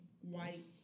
white